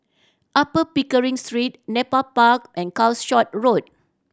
Upper Pickering Street Nepal Park and Calshot Road